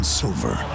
silver